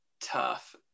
Tough